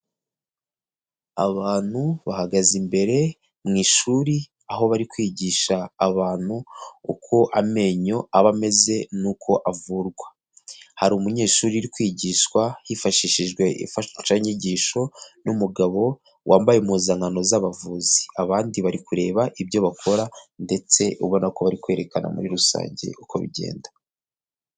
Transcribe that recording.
Abantu bahagaze imbere mu ishuri aho bari kwigisha abantu uko amenyo aba ameze n'uko avurwa, hari umunyeshuri uri kwigishwa hifashishijwe imfashanyigisho n'umugabo wambaye impuzankano z'abavuzi, abandi bari kureba ibyo bakora ndetse ubona ko bari kwerekana muri rusange uko bigenda.